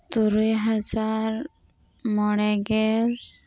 ᱛᱩᱨᱩᱭ ᱦᱟᱡᱟᱨ ᱢᱚᱬᱮ ᱜᱮᱞ